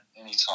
Anytime